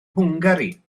hwngari